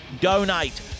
donate